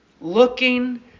Looking